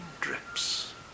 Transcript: drips